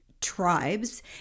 tribes